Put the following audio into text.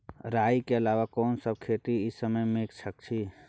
राई के अलावा केना सब खेती इ समय म के सकैछी?